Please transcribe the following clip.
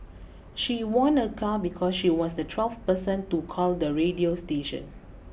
she won a car because she was the twelfth person to call the radio station